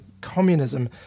communism